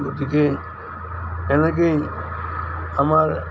গতিকে এনেকৈয়ে আমাৰ